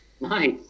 Nice